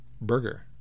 burger